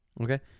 okay